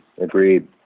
Agreed